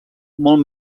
molt